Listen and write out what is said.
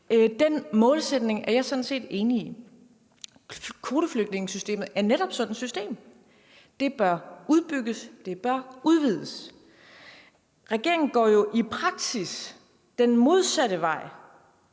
Den målsætning er jeg sådan set enig i. Kvoteflygtningesystemet er netop sådan et system. Det bør udbygges, det bør udvides. Regeringen går jo i praksis den modsatte vej